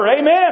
Amen